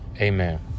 Amen